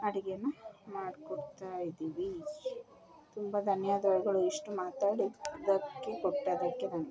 ಅಡುಗೆಯನ್ನು ಮಾಡಿಕೊಡ್ತಾ ಇದ್ದೀವಿ ತುಂಬ ಧನ್ಯವಾದಗಳು ಇಷ್ಟು ಮಾತಾಡುವುದಕ್ಕೆ ಕೊಟ್ಟಿದ್ದಕ್ಕೆ